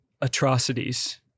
atrocities